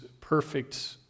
perfect